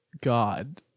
God